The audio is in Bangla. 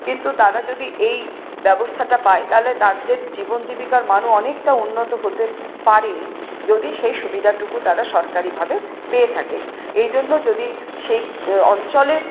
কিন্তু তারা যদি এই ব্যবস্থাটা পায় তাহলে তাদের জীবন জীবিকার মানও অনেকটা উন্নত হতে পারে যদি সেই সুবিধাটুকু তারা সরকারিভাবে পেয়ে থাকে এই জন্য যদি সেই অঞ্চলের